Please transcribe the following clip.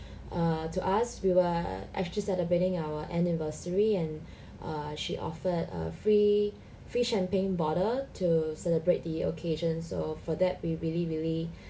err to us we were actually celebrating our anniversary and err she offered a free free champagne bottle to celebrate the occasion so for that we really really